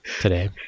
today